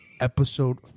episode